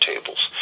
tables